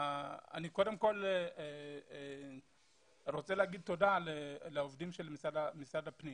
אני רוצה לומר תודה לעובדים של משרד הפנים